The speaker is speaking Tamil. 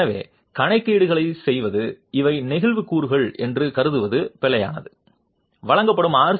எனவே கணக்கீடுகளைச் செய்வது இவை நெகிழ்வு கூறுகள் என்று கருதுவது பிழையானது வழங்கப்படும் ஆர்